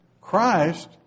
Christ